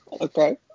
okay